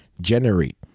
generate